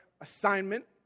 assignment